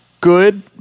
good